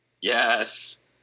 Yes